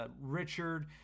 Richard